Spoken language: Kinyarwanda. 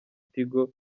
tigo